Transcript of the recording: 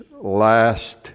last